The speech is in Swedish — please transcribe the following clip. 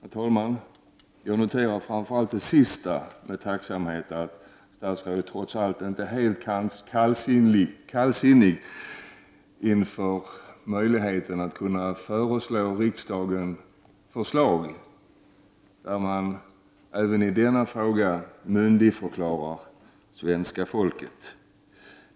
Herr talman! Jag noterar framför allt det sista med tacksamhet — statsrådet är trots allt inte helt kallsinnig inför möjligheten att förelägga riksdagen förslag där man även i denna fråga myndigförklarar svenska folket.